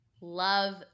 Love